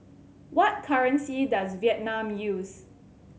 what currency does Vietnam use